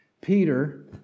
Peter